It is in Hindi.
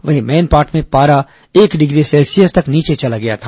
वहीं मैनपाट में पारा एक डिग्री सेल्सियस तक नीचे चला गया था